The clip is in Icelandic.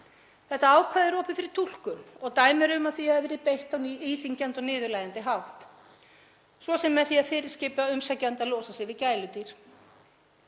Þetta ákvæði er opið fyrir túlkun og dæmi eru um að því hafi verið beitt á íþyngjandi og niðurlægjandi hátt, svo sem með því að fyrirskipa umsækjanda að losa sig við gæludýr.